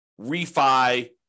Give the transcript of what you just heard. refi